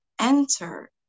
enter